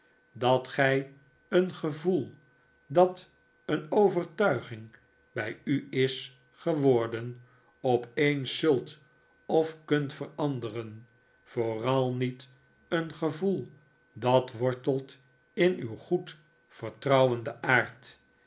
dat gij een gevoel dat een overtuiging bij u is geworden opeens zult of kunt veranderen vooral niet een gevoel dat wortelt in uw goed vertrouwenden